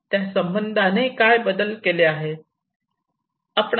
त्यासंबंधाने केलेले बदल काय आहेत